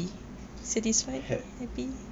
hap~